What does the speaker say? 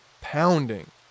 pounding